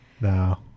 No